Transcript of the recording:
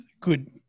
good